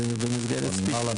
אני חסר מילים.